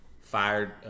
fired